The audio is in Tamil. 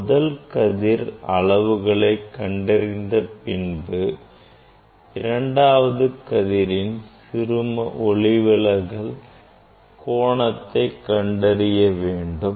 முதல் கதிர் அளவுகளை கண்டறிந்த பின்பு இரண்டாவது கதிரின் சிறும ஒளிவிலகல் கோணத்தை கண்டறிய வேண்டும்